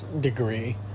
degree